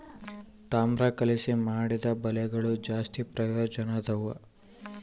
ತಾಮ್ರ ಕಲಿಸಿ ಮಾಡಿದ ಬಲೆಗಳು ಜಾಸ್ತಿ ಪ್ರಯೋಜನದವ